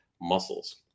muscles